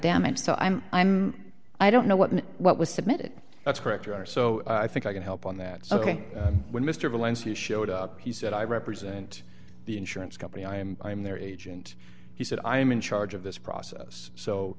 damage so i'm i'm i don't know what what was submitted that's correct you are so i think i can help on that so ok when mr valencia showed up he said i represent the insurance company i'm i'm their agent he said i'm in charge of this process so